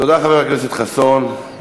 תודה, חבר הכנסת חסון.